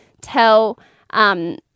tell